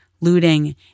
looting